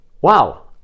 wow